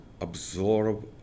absorb